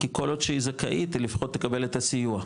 כי כל עוד שהיא זכאית, היא לפחות תקבל את הסיוע.